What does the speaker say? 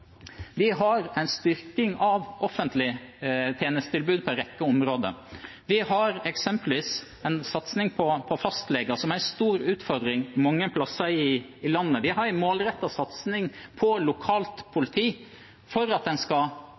Vi har en styrking av offentlige tjenestetilbud på en rekke områder. Vi har eksempelvis en satsing på fastleger, som er en stor utfordring mange steder i landet. Vi har en målrettet satsing på lokalt politi for at folk rundt omkring i Norge skal